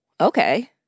okay